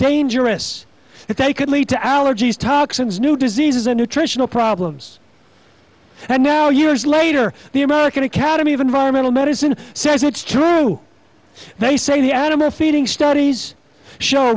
dangerous if they could lead to allergies toxins new diseases and nutritional problems and now years later the american academy of environmental medicine says it's true they say the animal feeding studies show